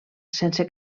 sense